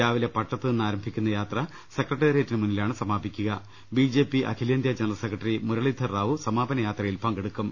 രാവിലെ പട്ടത്തു നിന്ന് ആരംഭിക്കുന്ന യാത്ര സെക്രട്ടേറി യറ്റിനു മുന്നിലാണ് സമാപിക്കുക ബി ജെ പി അഖിലേന്ത്യാ ജനറൽ സെക്രട്ടറി മുരളീധർ റാവു സമാപനയാത്രയിൽ പങ്കെടുക്കും